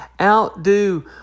Outdo